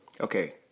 Okay